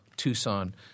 Tucson